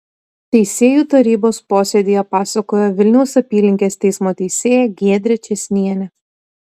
teisėjų tarybos posėdyje pasakojo vilniaus apylinkės teismo teisėja giedrė čėsnienė